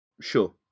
Sure